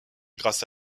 grâce